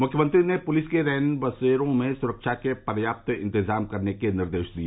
मुख्यमंत्री ने पुलिस को रैनबसेरों में सुरक्षा के पर्याप्त इंतजाम करने के भी निर्देश दिए